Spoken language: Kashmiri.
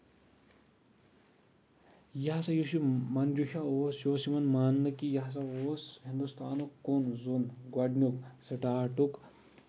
یہِ ہسا یُس یہِ منجوٗشاہ اوس یہِ اوس یِوان ماننہٕ کہِ یہِ ہسا اوس ہِندُستانُک کُن زوٚن گۄڈٕنیُک سٔٹارٹُک